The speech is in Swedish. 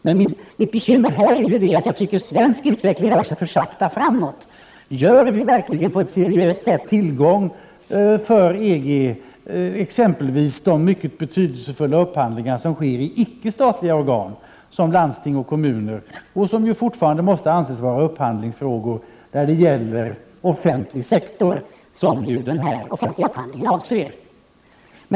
Mitt bekymmer på detta område är emellertid att den svenska utvecklingen går för långsamt. Bereder vi verkligen på ett seriöst sätt tillgång till EG, exempelvis när det gäller de mycket betydelsefulla upphandlingar som sker i icke statliga organ, såsom landsting och kommuner, och som fortfarande måste anses vara upphandlingsfrågor när det gäller offentlig sektor, som ju offentlig upphandling avser?